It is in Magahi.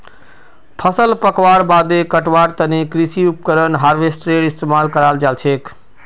फसल पकवार बादे कटवार तने कृषि उपकरण हार्वेस्टरेर इस्तेमाल कराल जाछेक